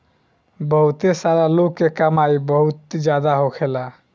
बहुते सारा लोग के कमाई बहुत जादा होखेला